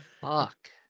fuck